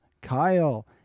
Kyle